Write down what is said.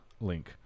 link